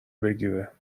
بگیره